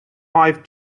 five